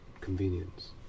convenience